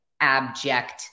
abject